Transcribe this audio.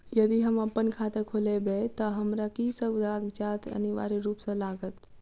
यदि हम अप्पन खाता खोलेबै तऽ हमरा की सब कागजात अनिवार्य रूप सँ लागत?